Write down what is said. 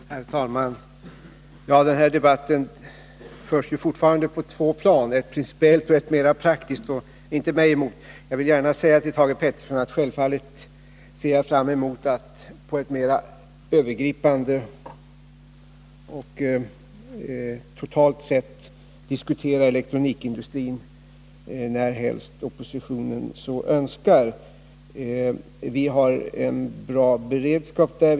Herr talman! Den här debatten förs fortfarande på två plan, ett principiellt och ett mera praktiskt. Och inte mig emot. Självfallet ser jag fram emot, Thage Peterson, att på ett mer övergripande och totalt sätt diskutera elektronikindustrin närhelst oppositionen så önskar. Vi har en bra beredskap där.